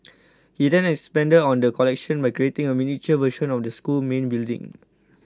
he then expanded on the collection by creating a miniature version of the school's main building